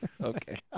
Okay